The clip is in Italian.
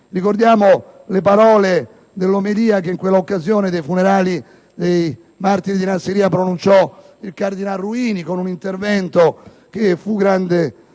Ricordiamo le parole dell'omelia che in occasione dei funerali dei martiri di Nassiriya pronunciò il cardinal Ruini, con un intervento grandemente